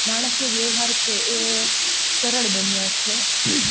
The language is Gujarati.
નાણાકીય વ્યવહાર છે એ સરળ બન્યા છે